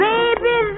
Baby